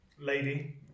lady